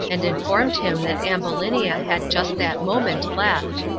and informed him that ambulinia had just that moment left.